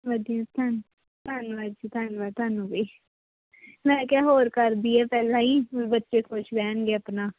ਵਧੀਆ ਧੰ ਧੰਨਵਾਦ ਜੀ ਧੰਨਵਾਦ ਤੁਹਾਨੂੰ ਵੀ ਮੈਂ ਕਿਹਾ ਹੋਰ ਕਰ ਦੇਈਏ ਪਹਿਲਾਂ ਹੀ ਵੀ ਬੱਚੇ ਖੁਸ਼ ਰਹਿਣਗੇ ਆਪਣਾ